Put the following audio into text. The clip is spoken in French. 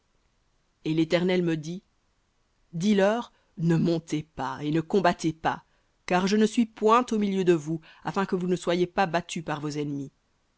et l'éternel me dit dis-leur ne montez pas et ne combattez pas car je ne suis point au milieu de vous afin que vous ne soyez pas battus par vos ennemis